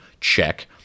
check